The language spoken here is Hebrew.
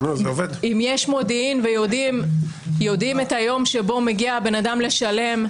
אם יש מודיעין ויודעים את היום שבו מגיע הבן אדם לשלם,